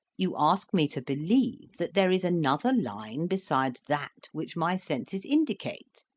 you ask me to believe that there is another line besides that which my senses indicate,